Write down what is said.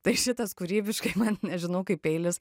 tai šitas kūrybiškai man nežinau kaip peilis